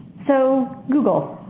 so google.